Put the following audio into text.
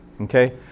okay